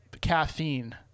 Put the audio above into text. Caffeine